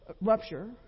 rupture